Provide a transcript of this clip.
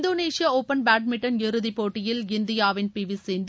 Indonesia open badminton இறுதிப் போட்டியில் இந்தியாவின் பி வி சிந்து